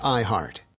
iHeart